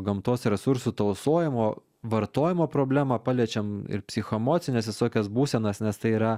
gamtos resursų tausojimo vartojimo problemą paliečiam ir psichoemocines visokias būsenas nes tai yra